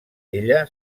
ella